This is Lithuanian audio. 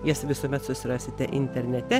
jas visuomet susirasite internete